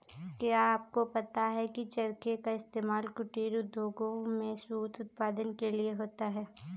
क्या आपको पता है की चरखे का इस्तेमाल कुटीर उद्योगों में सूत उत्पादन के लिए होता है